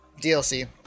DLC